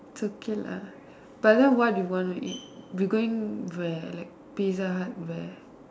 okay lah but then what you want to eat we going where pizza hut where